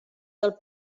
del